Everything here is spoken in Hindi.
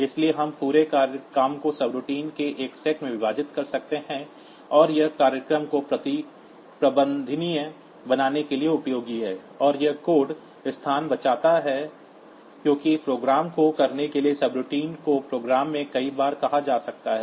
इसलिए हम पूरे काम को सबरूटीन्स के एक सेट में विभाजित कर सकते हैं और यह प्रोग्राम को प्रबंधनीय बनाने के लिए उपयोगी है और यह कोड स्थान बचाता है क्योंकि प्रोग्राम को करने के लिए सबरूटीन को प्रोग्राम में कई बार कहा जा सकता है